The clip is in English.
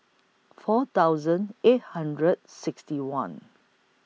four thousand eight hundred sixty one